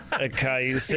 Okay